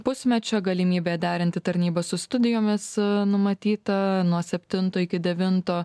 pusmečio galimybė derinti tarnybą su studijomis numatyta nuo septinto iki devinto